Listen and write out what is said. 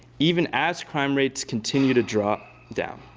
even as crime rates continue to drop down.